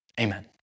Amen